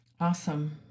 Awesome